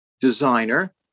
Designer